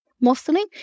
mostly